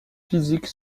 physique